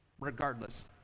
Regardless